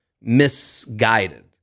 misguided